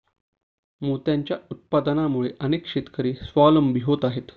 मोत्यांच्या उत्पादनामुळे अनेक शेतकरी स्वावलंबी होत आहेत